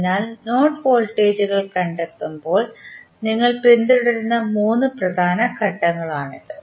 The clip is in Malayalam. അതിനാൽ നോഡ് വോൾട്ടേജുകൾ കണ്ടെത്തുമ്പോൾ നിങ്ങൾ പിന്തുടരുന്ന മൂന്ന് പ്രധാന ഘട്ടങ്ങളാണിത്